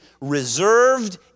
reserved